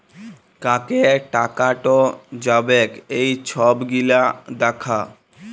কাকে টাকাট যাবেক এই ছব গিলা দ্যাখা